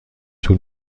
طول